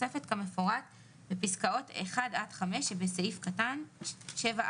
תוספת כמפורט בפסקאות (1) עד (5) שבסעיף קטן 7(א1);